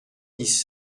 dix